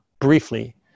briefly